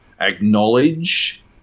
acknowledge